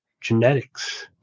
genetics